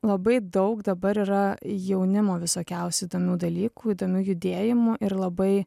labai daug dabar yra jaunimo visokiausių įdomių dalykų įdomių judėjimų ir labai